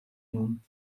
nun